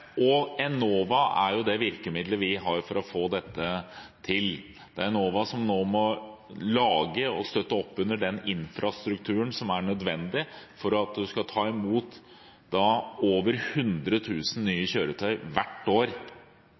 nullutslippskjøretøy. Enova er det virkemidlet vi har for å få dette til. Det er Enova som nå må lage og støtte opp under den infrastrukturen som er nødvendig for at man skal ta imot over 100 000 nye nullutslippskjøretøyer hvert år.